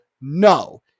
no